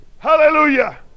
Hallelujah